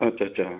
अच्छा अच्छा